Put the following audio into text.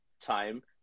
time